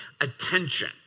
attention